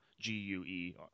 G-U-E